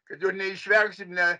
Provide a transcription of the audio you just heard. kad jo neišvengsi ne